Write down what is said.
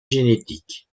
génétique